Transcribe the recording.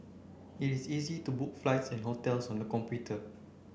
it is easy to book flights and hotels on the computer